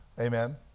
Amen